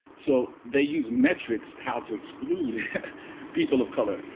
so they use metrics to how to exclude people of color.